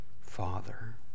Father